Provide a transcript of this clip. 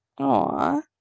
Aww